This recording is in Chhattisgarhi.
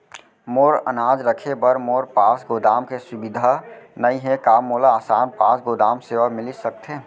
मोर अनाज रखे बर मोर पास गोदाम के सुविधा नई हे का मोला आसान पास गोदाम सेवा मिलिस सकथे?